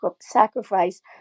sacrifice